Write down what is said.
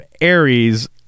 Aries